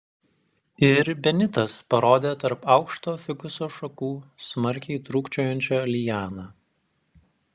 ir benitas parodė tarp aukšto fikuso šakų smarkiai trūkčiojančią lianą